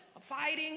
fighting